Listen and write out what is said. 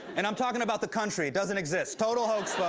and i'm talking about the country, doesn't exist. total hoax, folks.